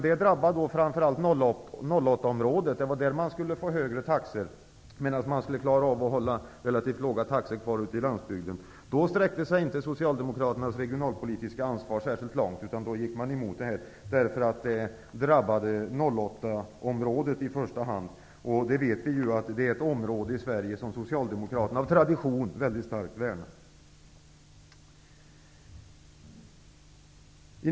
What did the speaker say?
Det drabbade dock framför allt 08 området, medan man skulle ha kunnat behålla relativt låga taxor ute på landsbygden. Då sträckte sig inte Socialdemokraternas regionalpolitiska intresse särskilt långt, utan de gick emot förslaget. Det drabbade ju i första hand 08-området, och vi vet att det är ett område som Socialdemokraterna av tradition mycket starkt värnar om.